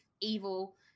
evil